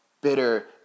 bitter